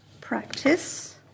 practice